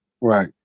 right